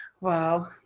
Wow